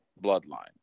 bloodline